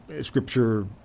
Scripture